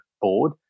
board